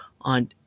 on